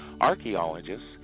archaeologists